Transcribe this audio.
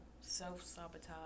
self-sabotage